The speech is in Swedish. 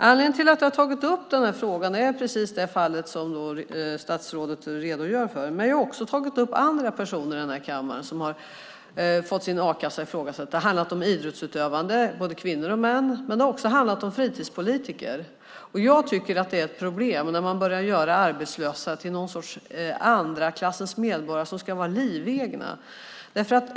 Anledningen till att jag har tagit upp den här frågan är precis det fall som statsrådet redogör för, men jag har också i den här kammaren tagit upp andra personer som har fått sin a-kassa ifrågasatt. Det har handlat om idrottsutövare, både kvinnor och män, men det har också handlat om fritidspolitiker. Jag tycker att det är ett problem när man börjar göra arbetslösa till någon sorts andra klassens medborgare som ska vara livegna.